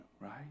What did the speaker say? Right